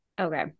okay